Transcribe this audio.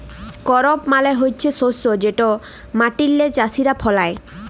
করপ মালে হছে শস্য যেট মাটিল্লে চাষীরা ফলায়